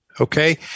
okay